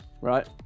right